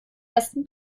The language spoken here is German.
ersten